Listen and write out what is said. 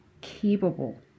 capable